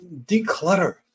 declutter